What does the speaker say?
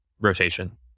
rotation